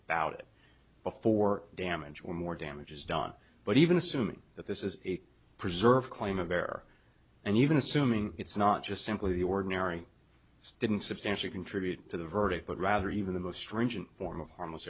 about it before damage or more damage is done but even assuming that this is a preserved claim of error and even assuming it's not just simply the ordinary students substantially contribute to the verdict but rather even the most stringent form of harmless